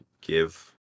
give